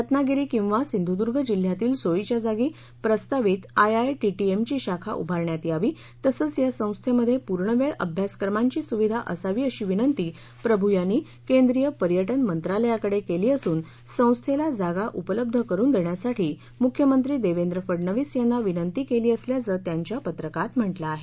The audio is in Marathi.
रत्नागिरी किंवा सिंधुदुर्ग जिल्हयातील सोयीच्या जागी प्रस्तावित आयआयटीटीएम ची शाखा उभारण्यात यावी तसेच या संस्थेमध्ये पूर्णवेळ अभ्यासक्रमांची सुविधा असावी अशी विनंती प्रभू यांनी केंद्रीय पर्यटन मंत्रालयाकडे केली असून संस्थेला जागा उपलब्ध करून देण्यासाठी मुख्यमंत्री देवेंद्र फडणवीस यांना विनंती केली असल्याचे त्यांच्या पत्रकात म्हटलं आहे